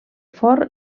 forn